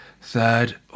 third